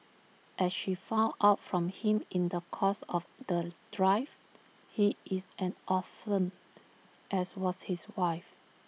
as she found out from him in the course of the drive he is an orphan as was his wife